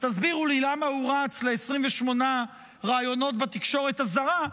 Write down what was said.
אז תסבירו לי למה הוא רץ ל-28 ראיונות בתקשורת הזרה,